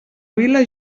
vila